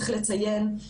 צריך לציין,